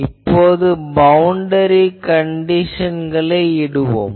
இப்போது பவுண்டரி கண்டிஷன்களை இடுவோம்